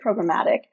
programmatic